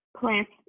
plants